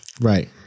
Right